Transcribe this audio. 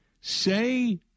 Say